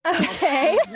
Okay